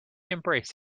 embrace